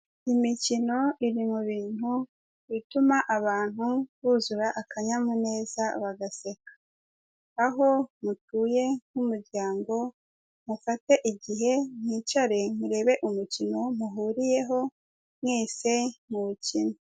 Imikino iri mu bintu bituma abantu buzura akanyamuneza bagaseka. Aho mutuye nk'umuryango, mufate igihe mwicare murebe umukino muhuriyeho mwese muwukine.